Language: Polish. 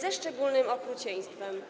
ze szczególnym okrucieństwem?